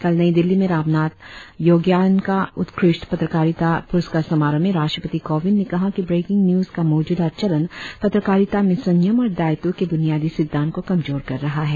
कल नई दिल्ली में रामनाथ यगोयनका उत्कृष्ट पत्रकारिता पुरस्कार समारोह में राष्ट्रपति कोविंद ने कहा कि ब्रेकिंग न्यूज का मौजूदा चलन पत्रकारिता में संयम और दायित्व के बुनियादी सिंद्धांत को कमजोर कर रहा है